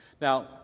Now